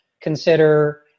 consider